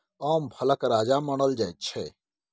आम फलक राजा मानल जाइ छै